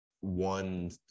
one